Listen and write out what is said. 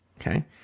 Okay